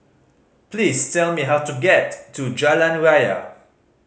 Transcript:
please tell me how to get to Jalan Raya